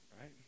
right